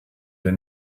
der